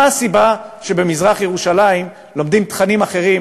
מה הסיבה שבמזרח-ירושלים לומדים תכנים אחרים,